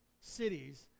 cities